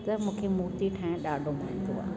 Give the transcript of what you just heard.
त मूंखे मुर्ति ठाहिण ॾाढो वणंदो आहे